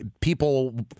people